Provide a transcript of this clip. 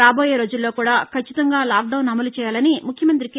రాబోయే రోజుల్లో కూడా ఖచ్చితంగా లాక్ డౌన్ను అమలు చేయాలని ముఖ్యమంత్రి కె